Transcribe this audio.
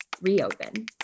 reopen